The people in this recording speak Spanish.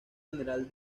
general